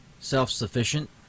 self-sufficient